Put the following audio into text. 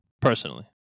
Personally